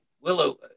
Willow